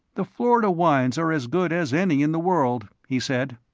the florida wines are as good as any in the world, he said.